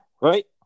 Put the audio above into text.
right